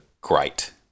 great